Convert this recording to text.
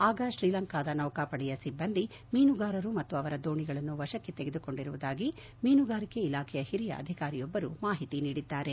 ಆಗ ಶ್ರೀಲಂಕಾದ ನೌಕಾಪಡೆಯ ಸಿಬ್ಬಂದಿ ಮೀನುಗಾರರು ಮತ್ತು ಅವರ ದೋಣಿಗಳನ್ನು ವಶಕ್ಕೆ ತೆಗೆದುಕೊಂಡಿರುವುದಾಗಿ ಮೀನುಗಾರಿಕೆ ಇಲಾಖೆಯ ಹಿರಿಯ ಅಧಿಕಾರಿಯೊಬ್ಬರು ಮಾಹಿತಿ ನೀಡಿದ್ದಾರೆ